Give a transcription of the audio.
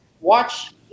watch